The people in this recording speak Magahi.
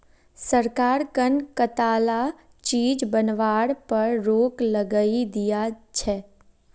सरकार कं कताला चीज बनावार पर रोक लगइं दिया छे